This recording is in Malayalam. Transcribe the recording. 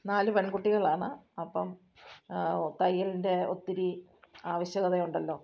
നാല് പെൺകുട്ടികളാണ് അപ്പം തയ്യലിൻ്റെ ഒത്തിരി ആവശ്യകതയുണ്ടല്ലോ